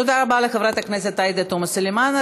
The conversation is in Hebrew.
תודה רבה לחברת הכנסת עאידה תומא סלימאן.